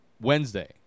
Wednesday